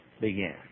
began